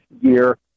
year